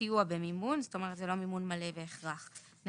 במימון ולא בהכרח מימון מלא.